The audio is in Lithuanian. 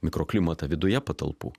mikroklimatą viduje patalpų